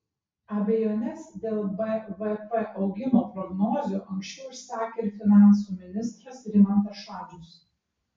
abejones dėl bvp augimo prognozių anksčiau išsakė ir finansų ministras rimantas šadžius